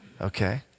Okay